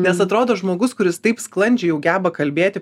nes atrodo žmogus kuris taip sklandžiai jau geba kalbėti